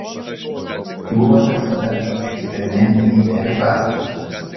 siūlote save kaip eksperimentinį ėriuką